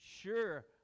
Sure